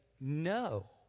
no